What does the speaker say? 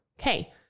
Okay